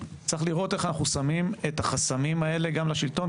צריך לראות איך אנחנו שמים את החסמים האלה גם לשלטון,